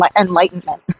enlightenment